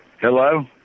Hello